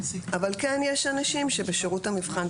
אבל כן יש אנשים שבשירות המבחן,